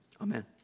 amen